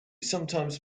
sometimes